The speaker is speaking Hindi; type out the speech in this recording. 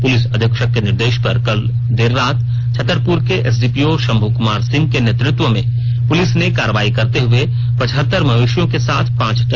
पुलिस अधीक्षक के निर्देश पर कल देर रात छतरपुर के एसडीपीओ शंभु कुमार सिंह के नेतृत्व में पुलिस ने कार्रवाई करते हुए पचहत्तर मवेशियों के साथ पांच तस्करों को गिरफतार किया